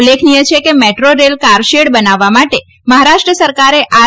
ઉલ્લેખનીથ છે કે metro rail car shed બાંધવા માટે મહારાષ્ટ્ર સરકારે આરે